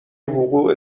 وقوع